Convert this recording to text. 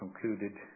concluded